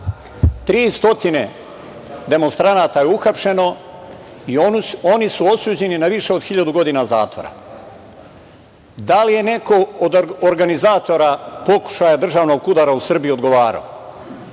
demonstranata je uhapšeno. Oni su osuđeni na više od 1000 godina zatvora. Da li je neko od organizatora pokušaja državnog udara u Srbiji odgovarao?